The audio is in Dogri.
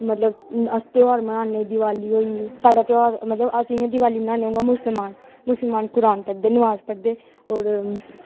मतलब अस दौ बार मनाने दिवाली होई साढ़ा ध्यार अस मतलब दिवाली मनाने होने साढ़े मुसलमान कुरानम पढ़दे नमाज़ पढ़दे होर